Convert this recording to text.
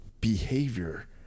behavior